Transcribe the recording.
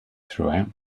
throughout